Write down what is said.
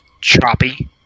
choppy